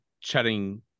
chatting